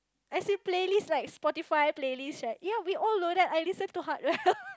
as in playlist like Spotify playlist right ya we all load that I listen hard rail